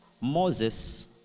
Moses